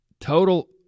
total